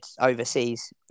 overseas